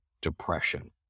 depression